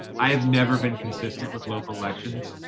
i've never been consistent with local elections.